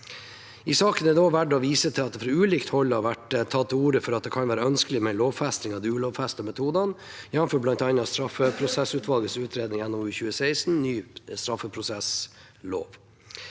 I saken er det også verdt å vise til at det fra ulikt hold har vært tatt til orde for at det kan være ønskelig med en lovfesting av de ulovfestede metodene, jf. bl.a. straffeprosessutvalgets utredning, NOU 2016: 24, Ny straffeprosesslov.